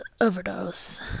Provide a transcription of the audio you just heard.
overdose